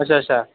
अच्छा अच्छा